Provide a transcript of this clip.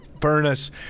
furnace